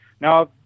now